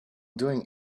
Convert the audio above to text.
doing